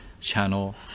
channel